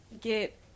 get